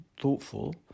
thoughtful